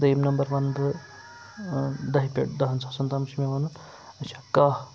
دوٚیِم نمبر وَنہٕ بہٕ دَہہِ پٮ۪ٹھ دَہَن ساسَن تام چھُ مےٚ وَنُن اچھا کاہ